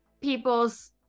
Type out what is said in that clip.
people's